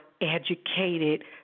educated